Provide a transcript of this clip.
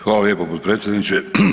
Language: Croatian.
Hvala lijepo potpredsjedniče.